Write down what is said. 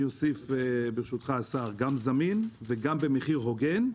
אני אוסיף, ברשותך, השר, גם זמין וגם במחיר הוגן.